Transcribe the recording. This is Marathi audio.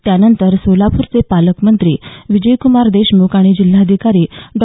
त्यानंतर सोलापूरचे पालकमंत्री विजयक्मार देशमुख आणि जिल्हाधिकारी डॉ